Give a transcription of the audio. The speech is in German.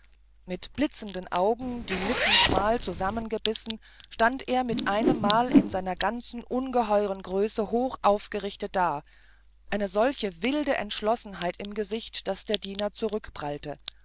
mit blitzenden augen die lippen schmal und zusammengebissen stand er mit einemmal in seiner ganzen ungeheuren größe hochaufgerichtet da eine solch wilde entschlossenheit im gesicht daß der diener